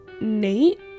Nate